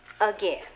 Again